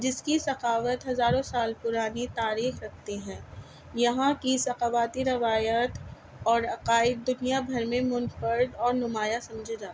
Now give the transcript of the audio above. جس کی ثقافت ہزاروں سال پرانی تاریخ رکھتے ہیں یہاں کی ثقافتی روایت اور عقائد دنیا بھر میں منفرد اور نمایاں سمجھے جاتا ہے